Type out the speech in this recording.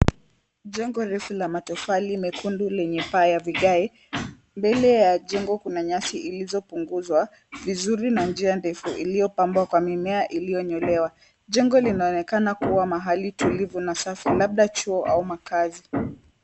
Jengo refu la matofali mekundu lenye paa ya vigae, mbele ya jengo kuna nyasi ilizopunguzwa vizuri na njia ndefu iliyopambwa kwa mimea iliyonyolewa. Jengo linaonekana kuwa mahali tulivu na safi labda chuo au makazi.